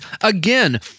again